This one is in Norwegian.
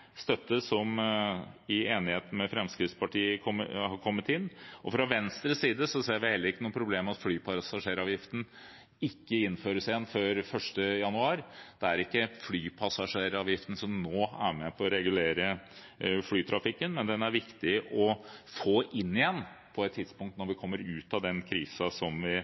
har kommet inn i enighet med Fremskrittspartiet. Fra Venstres side ser vi heller ikke noe problem med at flypassasjeravgiften ikke innføres igjen før 1. januar. Det er ikke flypassasjeravgiften som nå er med på å regulere flytrafikken, men den er viktig å få inn igjen på et tidspunkt når vi kommer ut av den krisen som vi